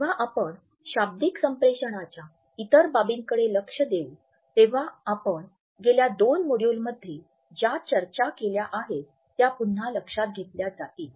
जेव्हा आपण शाब्दिक संप्रेषणाच्या इतर बाबींकडे लक्ष देऊ तेव्हा आपण गेल्या दोन मॉड्यूलमध्ये ज्या चर्चा केल्या आहेत त्या पुन्हा लक्षात घेतल्या जातील